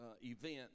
event